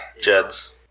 Jets